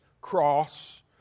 cross